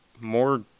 more